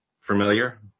Familiar